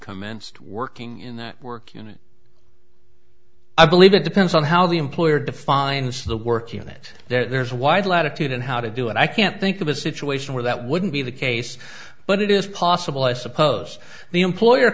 and working in that work unit i believe it depends on how the employer defines the work unit there's a wide latitude in how to do it i can't think of a situation where that wouldn't be the case but it is possible i suppose the employer